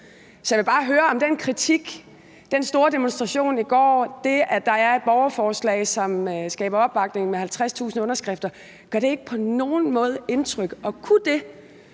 Så jeg vil bare høre, om den kritik, om den store demonstration, der var i går, og det, at der er et borgerforslag, som har fået opbakning af 50.000 underskrifter, på nogen måde gør indtryk? Og kunne det